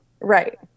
Right